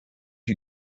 you